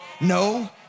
no